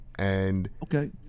Okay